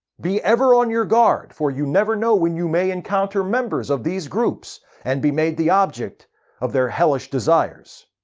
be ever on guard, for you never know when you may encounter members of these groups and be made the object of their hellish desires.